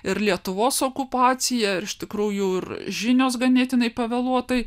ir lietuvos okupacija ir iš tikrųjų ir žinios ganėtinai pavėluotai